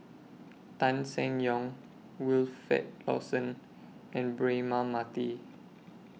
Tan Seng Yong Wilfed Lawson and Braema Mathi